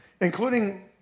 including